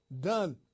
done